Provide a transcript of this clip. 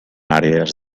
àrees